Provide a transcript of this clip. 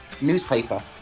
newspaper